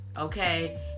Okay